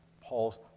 Paul's